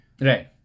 Right